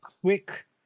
quick